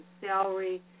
Salary